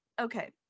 Okay